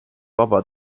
vaba